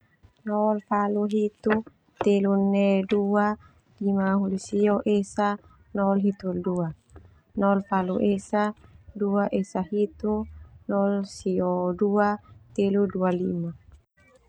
Nol valu hitu, telu ne dua, lima hulu sio esa, nol hitu hulu dua, nol valu esa, dua esa hitu, nol sio dua, telu dua lima.